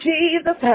Jesus